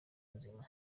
nzima